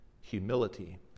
humility